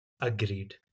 agreed